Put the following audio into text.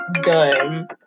done